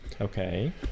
Okay